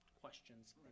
questions